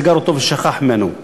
סגר אותו ושכח ממנו,